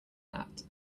mat